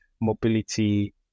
mobility